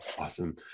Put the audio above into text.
Awesome